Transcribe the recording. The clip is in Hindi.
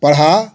पढ़ा